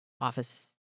Office